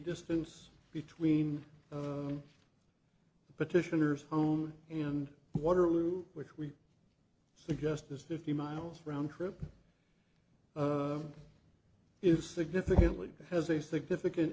distance between the petitioners home and waterloo which we suggest is fifty miles roundtrip if significantly has a significant